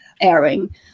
airing